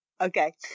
Okay